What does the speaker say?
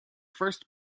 first